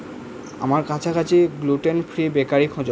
আমার কাছাকাছি gluten free bakery খোঁজো